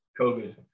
COVID